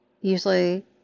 usually